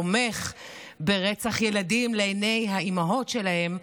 תומך ברצח ילדים לעיני האימהות שלהם,